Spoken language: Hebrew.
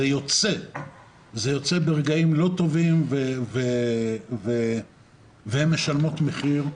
זה יוצא ברגעים לא טובים והן משלמות מחיר,